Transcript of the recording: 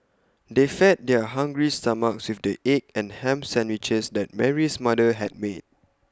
they fed their hungry stomachs with the egg and Ham Sandwiches that Mary's mother had made